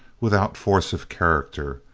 without force of character,